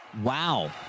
Wow